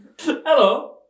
Hello